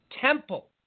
temple